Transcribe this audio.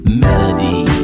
melody